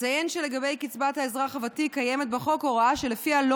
אציין שלגבי קצבת האזרח הוותיק קיימת בחוק הוראה שלפיה לא